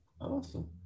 Awesome